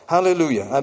Hallelujah